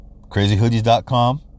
Crazyhoodies.com